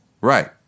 Right